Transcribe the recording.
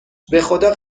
بخدا